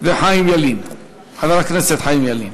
וחבר הכנסת חיים ילין.